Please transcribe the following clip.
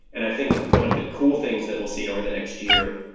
and i think one of the cool things that we'll see over the next year,